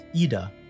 Ida